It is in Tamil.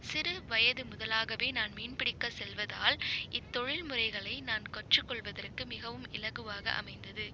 சிறுவயது முதலாகவே நான் மீன் பிடிக்கச் செல்வதால் இத்தொழில் முறைகளை நான் கற்றுக்கொள்வதற்கு மிகவும் இலகுவாக அமைந்தது